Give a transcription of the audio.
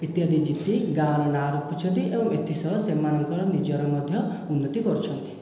ଇତ୍ୟାଦି ଜିତି ଗାଁର ନାଁ ରଖୁଛନ୍ତି ଏବଂ ଏଥି ସହ ସେମାନଙ୍କ ନିଜର ମଧ୍ୟ ଉନ୍ନତି କରୁଛନ୍ତି